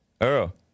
Earl